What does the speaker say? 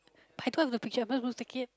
Paito have the picture why you don't seek it